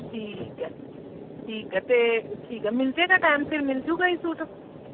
ਠੀਕ ਹੈ ਠੀਕ ਹੈ ਅਤੇ ਠੀਕ ਹੈ ਮਿਲ ਜਾਵੇਗਾ ਟਾਇਮ ਸਿਰ ਮਿਲ ਜਾਵੇਗਾ ਜੀ ਸੂਟ